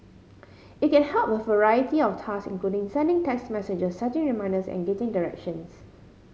it can help with a variety of task including sending text messages setting reminders and getting directions